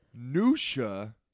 Nusha